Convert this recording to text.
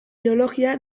biologia